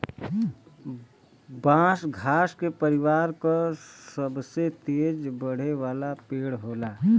बांस घास के परिवार क सबसे तेज बढ़े वाला पेड़ होला